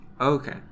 Okay